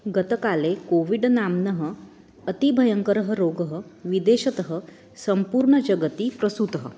गतकाले COVID नाम्नः अतिभयङ्करः रोगः विदेशतः सम्पूर्णजगति प्रसृतः